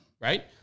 Right